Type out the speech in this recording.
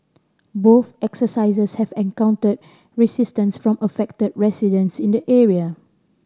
both exercises have encountered resistance from affected residents in the area